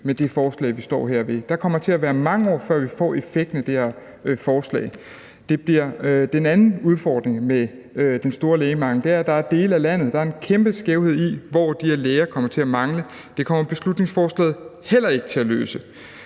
med det forslag, vi står med her. Der kommer til at gå mange år, før vi får en effekt af det her forslag. Den anden udfordring med den store lægemangel er, at der er en kæmpe skævhed i, hvor i landet der kommer til at mangle læger. Det løser beslutningsforslaget heller ikke. Så det